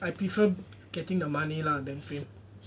I prefer getting the money lah than fame